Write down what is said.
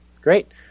Great